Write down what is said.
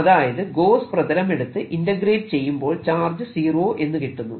അതായത് ഗോസ്സ് പ്രതലം എടുത്ത് ഇന്റഗ്രേറ്റ് ചെയ്യുമ്പോൾ ചാർജ് സീറോ എന്ന് കിട്ടുന്നു